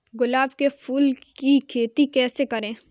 गुलाब के फूल की खेती कैसे करें?